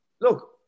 look